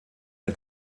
der